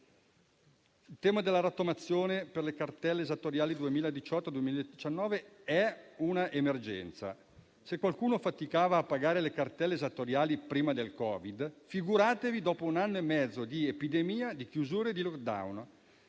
Il tema della rottamazione delle cartelle esattoriali 2018-2019 è una emergenza. Se qualcuno faticava a pagare le cartelle esattoriali prima del Covid, figuratevi dopo un anno e mezzo di pandemia, di chiusure e di *lockdown*.